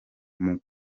urinda